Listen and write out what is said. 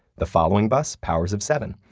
the following bus, powers of seven.